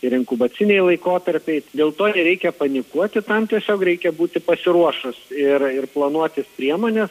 ir inkubaciniai laikotarpiai dėl to nereikia panikuoti tam tiesiog reikia būti pasiruošus ir ir planuotis priemones